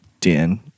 Dan